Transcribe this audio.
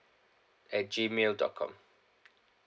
at gmail dot com